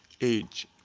age